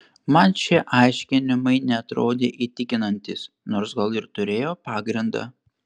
man šie aiškinimai neatrodė įtikinantys nors gal ir turėjo pagrindą